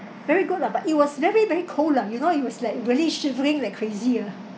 very good lah but it was very very cold lah you know it was like really shivering like crazy ah